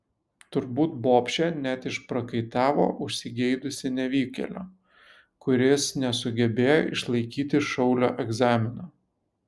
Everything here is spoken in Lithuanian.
turbūt bobšė net išprakaitavo užsigeidusi nevykėlio kuris nesugebėjo išlaikyti šaulio egzamino